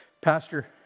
Pastor